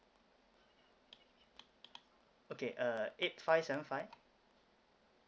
okay uh eight five seven five